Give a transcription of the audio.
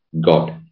God